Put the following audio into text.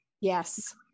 Yes